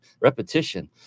Repetition